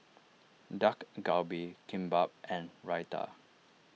Dak Galbi Kimbap and Raita